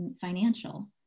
financial